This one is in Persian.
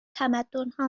تمدنها